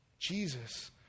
Jesus